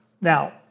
Now